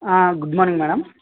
ఆ good morning madam